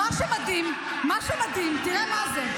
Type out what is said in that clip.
מה שמדהים, מה שמדהים, תראה מה זה.